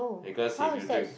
because if you drink